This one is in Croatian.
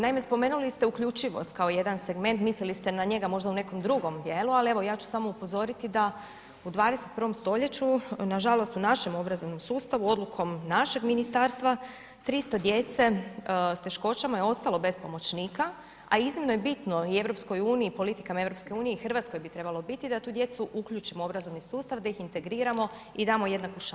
Naime, spomenuli ste uključivost kao jedan segment mislili ste na njega možda u nekom drugom dijelu, ali ja ću samo upozoriti da u 21. stoljeću nažalost u našem obrazovnom sustavu odlukom našeg ministarstva 300 djece s teškoćama je ostalo bez pomoćnika, a iznimno je bitno i EU i politikama EU i Hrvatskoj bi trebalo biti da tu djecu uključimo u obrazovni sustav, da ih integriramo i damo jednaku šansu.